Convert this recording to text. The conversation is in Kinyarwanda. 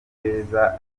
beza